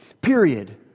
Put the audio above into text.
Period